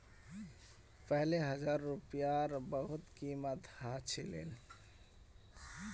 पहले हजार रूपयार बहुत कीमत ह छिले